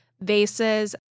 vases